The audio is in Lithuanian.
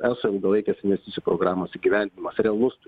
eso ilgalaikės investcijų programos įgyvendinimas realus